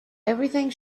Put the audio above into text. everything